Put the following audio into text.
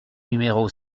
numéro